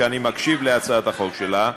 אני מקשיב להצעת החוק שלך,